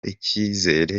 icyizere